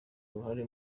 uruhare